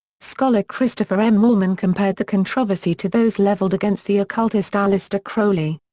scholar christopher m. moreman compared the controversy to those levelled against the occultist aleister crowley.